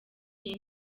iyi